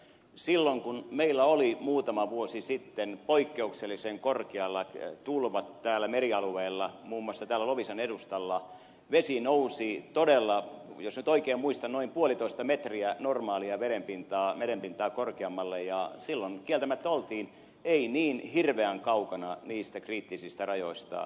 silloin kun meillä oli muutama vuosi sitten poikkeuksellisen korkealla tulvat merialueilla muun muassa loviisan edustalla vesi nousi todella jos nyt oikein muistan noin puolitoista metriä normaalia merenpintaa korkeammalle ja silloin kieltämättä oltiin ei niin hirveän kaukana niistä kriittisistä rajoista